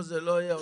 לא, זה לא יהיה.